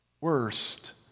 worst